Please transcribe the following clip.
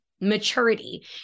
maturity